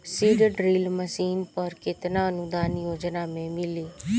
Seed drill machine पर केतना अनुदान योजना में मिली?